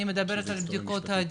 אני מדברת על בדיקות הדנ”א?